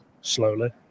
Slowly